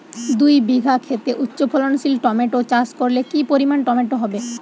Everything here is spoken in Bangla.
দুই বিঘা খেতে উচ্চফলনশীল টমেটো চাষ করলে কি পরিমাণ টমেটো হবে?